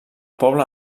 poble